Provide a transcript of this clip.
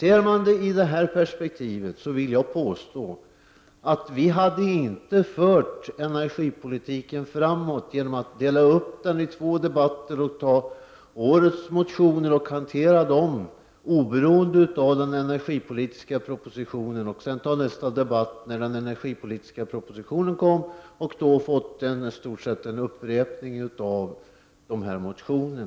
Om man ser detta i ett sådant perspektiv, vill jag påstå att vi inte hade fört energipolitiken framåt genom att dela upp den i två debatter genom att behandla årets motioner oberoende av den energipolitiska propositionen, och sedan föra nästa debatt när den energipolitiska propositionen lagts fram. Då skulle vi antagligen få en upprepning av dessa motioner.